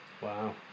Wow